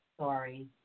Sorry